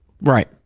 Right